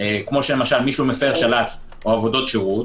כמו שלמשל מישהו שמפר של"צ או עבודות שירות,